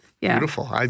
Beautiful